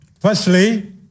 Firstly